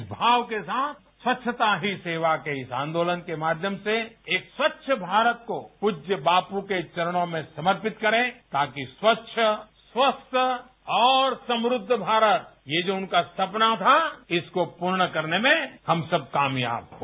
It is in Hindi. इस भाव के साथ स्वच्छता ही सेवा के इस आंदोलन के माध्यम से एक स्वच्छ भारत को पूज्य बापू के चरणों में समर्पित करें ताकि स्वच्छ स्वस्थ और समृद्ध भारत ये जो उनका सपना था इसको पूर्ण करने में हम सब कामयाब हों